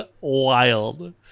wild